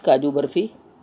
kaju barfi